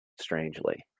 strangely